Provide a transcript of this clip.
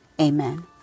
amen